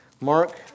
Mark